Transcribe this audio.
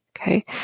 Okay